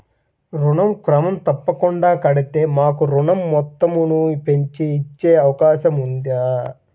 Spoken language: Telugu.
ఋణం క్రమం తప్పకుండా కడితే మాకు ఋణం మొత్తంను పెంచి ఇచ్చే అవకాశం ఉందా?